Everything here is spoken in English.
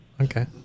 Okay